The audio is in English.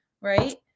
right